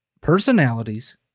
personalities